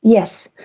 yes,